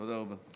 תודה רבה.